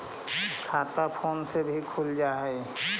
खाता फोन से भी खुल जाहै?